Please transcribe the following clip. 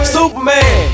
Superman